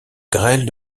grêle